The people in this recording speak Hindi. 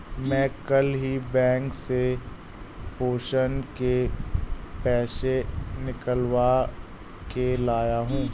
मैं कल ही बैंक से पेंशन के पैसे निकलवा के लाया हूँ